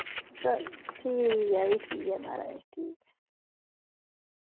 चलो ठीक ऐ फ्ही ठीक ऐ महाराज ठीक ऐ